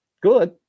good